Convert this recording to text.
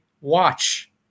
watch